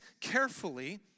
carefully